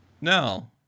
No